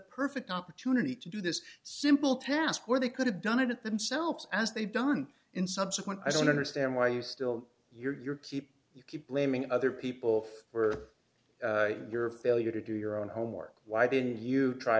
perfect opportunity to do this simple task or they could have done it themselves as they've done in subsequent i don't understand why you still your keep you keep blaming other people for your failure to do your own homework why didn't you try